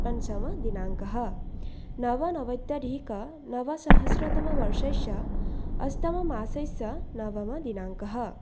पञ्चमदिनाङ्कः नवनवत्यधिकनवसहस्रतमवर्षस्य अष्टममासस्य नवमदिनाङ्कः